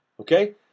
Okay